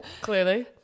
Clearly